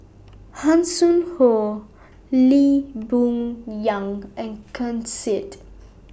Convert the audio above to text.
Hanson Ho Lee Boon Yang and Ken Seet